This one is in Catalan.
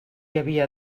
havia